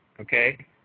okay